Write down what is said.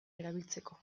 erabiltzeko